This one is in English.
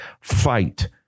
fight